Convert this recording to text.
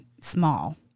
small